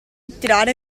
tirare